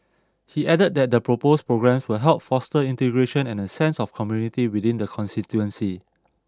he added that the proposed programmes will help foster integration and a sense of community within the constituency